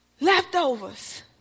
leftovers